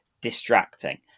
distracting